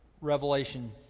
Revelation